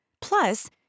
Plus